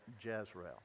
Jezreel